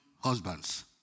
husbands